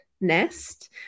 nest